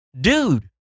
dude